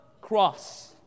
cross